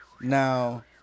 now